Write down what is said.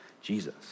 Jesus